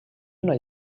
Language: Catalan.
una